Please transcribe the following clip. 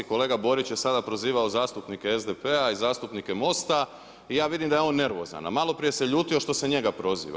Kolega Borić je sada prozivao zastupnike SDP-a i zastupnike MOST-a i ja vidim da je on nervozan, a malo prije se ljutio što se njega proziva.